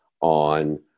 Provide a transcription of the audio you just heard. on